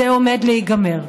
זה עומד להיגמר.